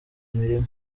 mirima